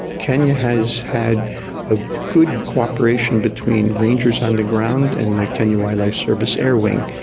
kenya has had a good cooperation between rangers on the ground and the kenya wildlife service air wing.